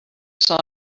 saw